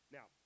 Now